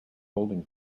holding